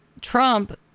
Trump